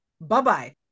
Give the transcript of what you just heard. Bye-bye